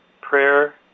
Prayer